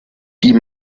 die